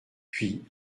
puis